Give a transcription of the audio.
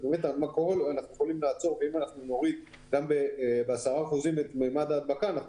אם נוריד בעשרה אחוזים את ממד ההדבקה אנחנו